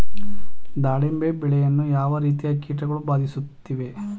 ದಾಳಿಂಬೆ ಬೆಳೆಯನ್ನು ಯಾವ ರೀತಿಯ ಕೀಟಗಳು ಬಾಧಿಸುತ್ತಿವೆ?